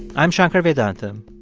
i'm shankar vedantam,